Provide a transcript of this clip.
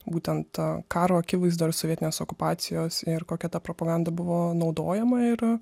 būtent a karo akivaizdoj ir sovietinės okupacijos ir kokia ta propaganda buvo naudojama ir